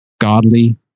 Godly